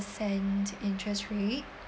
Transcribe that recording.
interest rate